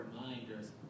reminders